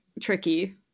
tricky